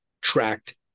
tracked